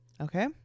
Okay